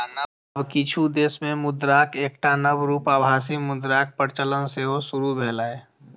आब किछु देश मे मुद्राक एकटा नव रूप आभासी मुद्राक प्रचलन सेहो शुरू भेलैए